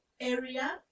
area